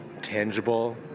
tangible